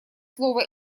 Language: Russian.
слово